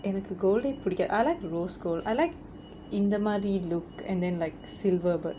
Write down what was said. எனக்கு:enakku gold eh புடிக்கா:pudikkaa I like rose gold I like இந்த மாதிரி:intha maadiri look and then like silver but